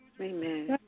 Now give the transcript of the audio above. Amen